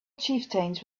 chieftains